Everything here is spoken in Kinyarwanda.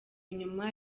inyuma